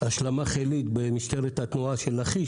השלמה חילית במשטרת התנועה של לכיש,